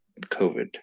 COVID